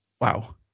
Wow